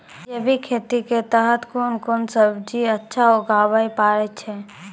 जैविक खेती के तहत कोंन कोंन सब्जी अच्छा उगावय पारे छिय?